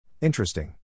Interesting